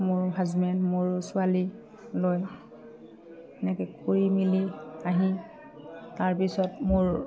মোৰ হাজবেণ্ড মোৰ ছোৱালী লৈ এনেকে কৰি মেলি আহি তাৰপিছত মোৰ